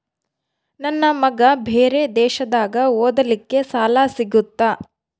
ನನ್ನ ಮಗ ಬೇರೆ ದೇಶದಾಗ ಓದಲಿಕ್ಕೆ ಸಾಲ ಸಿಗುತ್ತಾ?